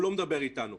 הוא לא מדבר איתנו.